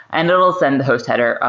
and it will send the host header,